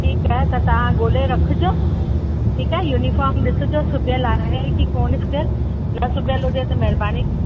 ठिकु आहे त तव्हां ॻोल्हे रखिजो ठिकु आहे यूनीफ़ॉम ॾिसिजो सिबियल आहे कि कोने सिबियल न सिबियल हुजे त महिरबानी